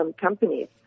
companies